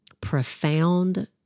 profound